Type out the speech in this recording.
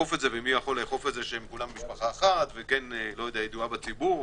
נאכוף את זה ומי יכול לאכוף את זה שכולם משפחה אחת - ידועה בציבור,